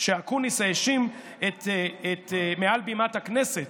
שאקוניס האשים מעל בימת הכנסת